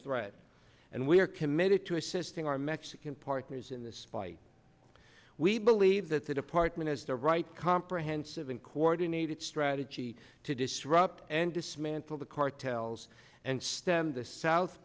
thread and we are committed to assisting our mexican partners in this fight we believe that the department has the right comprehensive and coordinated strategy to disrupt and dismantle the cartels and stem the south